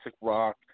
rock